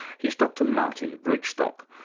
he's dr martin bridgstock,